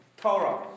Torah